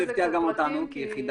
זה הפתיע גם אותנו כיחידה,